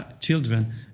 children